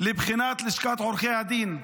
לבחינת לשכת עורכי הדין.